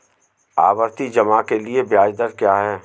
आवर्ती जमा के लिए ब्याज दर क्या है?